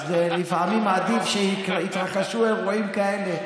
אז לפעמים עדיף שיתרחשו אירועים כאלה,